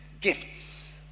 gifts